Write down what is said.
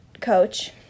Coach